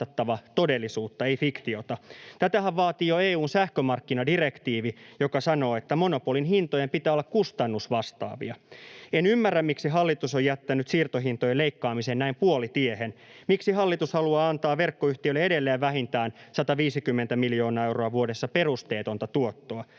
todellisuutta, ei fiktiota. Tätähän vaatii jo EU:n sähkömarkkinadirektiivi, joka sanoo, että monopolin hintojen pitää olla kustannusvastaavia. En ymmärrä, miksi hallitus on jättänyt siirtohintojen leikkaamisen näin puolitiehen. Miksi hallitus haluaa antaa verkkoyhtiöille edelleen vähintään 150 miljoonaa euroa vuodessa perusteetonta tuottoa?